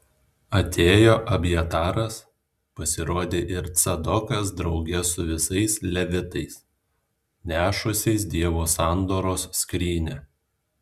atėjo abjataras pasirodė ir cadokas drauge su visais levitais nešusiais dievo sandoros skrynią